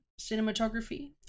cinematography